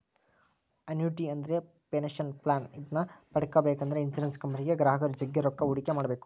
annuity ಅಂದ್ರೆ pension plan ಇದನ್ನ ಪಡೆಬೇಕೆಂದ್ರ ಇನ್ಶುರೆನ್ಸ್ ಕಂಪನಿಗೆ ಗ್ರಾಹಕರು ಜಗ್ಗಿ ರೊಕ್ಕ ಹೂಡಿಕೆ ಮಾಡ್ಬೇಕು